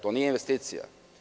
To nije investicija.